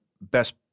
best